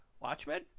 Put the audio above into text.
Watchmen